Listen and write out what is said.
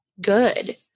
good